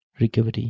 recovery